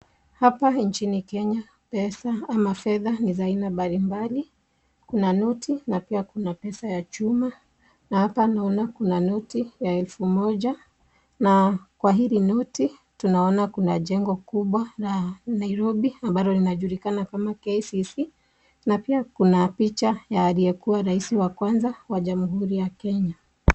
Hapa nchini Kenya, pesa ama fedha ni za aina mbalimbali. Kuna noti na pia kuna pesa ya chuma na hapa naona kuna noti ya elfu moja na kwa hili noti tunaona kuna jengo kubwa la Nairobi ambalo linajulikana kama KICC na pia kuna picha ya aliyekuwa raisi wa kwanza wa Jamhuri ya Kenya.